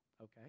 Okay